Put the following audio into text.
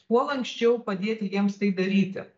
kuo lanksčiau padėti jiems tai daryti